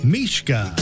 Mishka